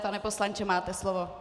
Pane poslanče, máte slovo.